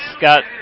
got